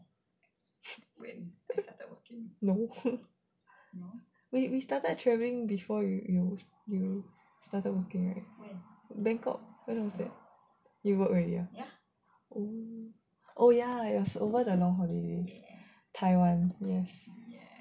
you started traveling before you you you started working right at bangkok when was that you work already ah oh oh ya it was over the long holidays taiwan yes